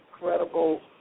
incredible